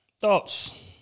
thoughts